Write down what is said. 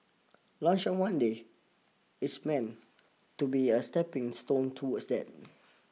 lunch on Monday is meant to be a stepping stone towards that